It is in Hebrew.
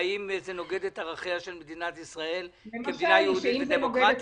האם זה נוגד את ערכיה של מדינת ישראל כמדינה יהודית ודמוקרטית?